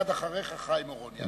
מייד אחריך חיים אורון.